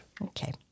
Okay